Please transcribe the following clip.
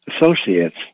associates